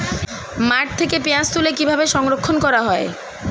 মাঠ থেকে পেঁয়াজ তুলে কিভাবে সংরক্ষণ করা হয়?